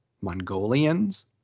mongolians